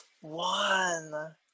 one